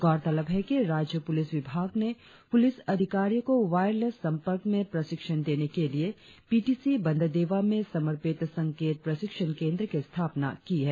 गौरतलब है कि राज्य पुलिस विभाग ने पुलिस अधिकारियों को वायरलेस संपर्क में प्रशिक्षण देने के लिए पी टी सी बंदरदेवा में समर्पित संकेत प्रशिक्षण केंद्र की स्थापना की है